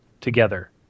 together